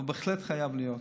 אבל בהחלט חייב להיות.